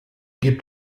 gibt